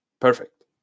Perfect